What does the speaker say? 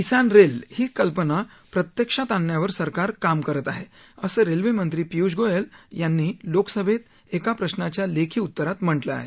किसान rail ही कल्पना प्रत्यक्षात आणण्यावर सरकार काम करत आहे असं रेल्वेमंत्री पियूष गोयल यांनी लोकसभेत एका प्रशाच्या लेखी उत्तरात म्हटलं आहे